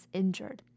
injured